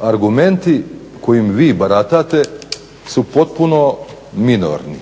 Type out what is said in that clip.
argumenti kojim vi baratate su potpuno minorni